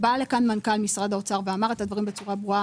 בא לכאן מנכ"ל משרד האוצר ואמר את הדברים בצורה ברורה.